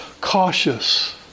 cautious